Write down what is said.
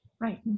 Right